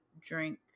drink